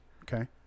okay